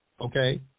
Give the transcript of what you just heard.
okay